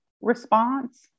response